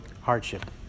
hardship